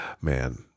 man